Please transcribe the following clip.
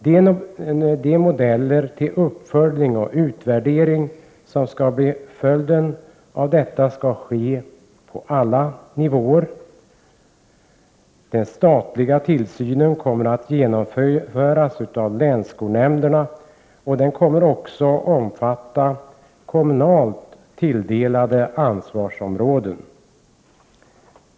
De modeller till uppföljning och utvärdering som skall bli följden skall nu tillämpas på alla nivåer. Den statliga tillsynen kommer att genomföras av länsskolnämnderna och skall också omfatta kommunalt tilldelade ansvarsområden.